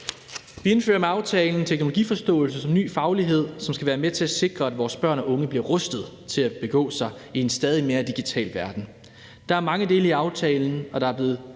Vi indfører med aftalen teknologiforståelse som ny faglighed. Det skal være med til at sikre, at vores børn og unge bliver rustet til at begå sig i en stadigt mere digital verden. Der er mange dele i aftalen, og der er blevet